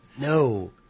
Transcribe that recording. No